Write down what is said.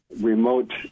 remote